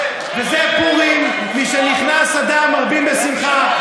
זה פורים, משנכנס אדר מרבין בשמחה.